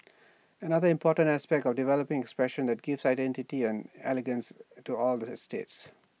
another important aspect developing expressions that give identity and elegance to all the estates